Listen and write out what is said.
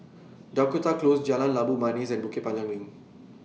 Dakota Close Jalan Labu Manis and Bukit Panjang LINK